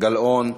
גלאון,